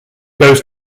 goes